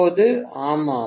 இப்போது ஆமாம்